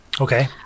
Okay